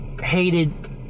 Hated